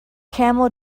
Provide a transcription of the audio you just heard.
camel